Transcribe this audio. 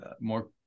more